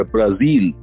Brazil